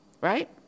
right